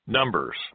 Numbers